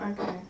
Okay